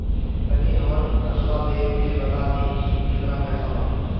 तनी हमर खतबा देख के बता दी की केतना पैसा बा?